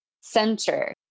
center